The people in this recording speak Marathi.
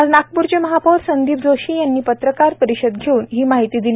आज नापूरचे महापौर संदीप जोशी यांनी पत्रकार परिषद घेऊन ही माहिती दिली